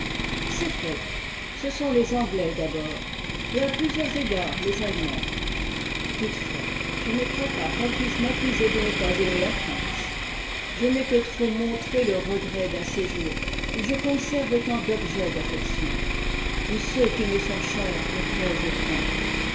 ces peuples ce sont les anglais d'abord et à plusieurs égards les aitemands toutefois je ne crois pas qu'on puisse m'accuser de ne pas aimer la france je n'ai que trop montré ie regret d'un séjour où je conserve tant d'objets d'affection où ceux qui me sont chers'me plaisent